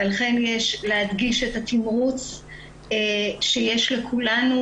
ולכן יש להדגיש את התמרוץ שיש לכולנו